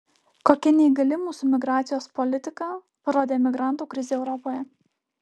kokia neįgali mūsų migracijos politika parodė migrantų krizė europoje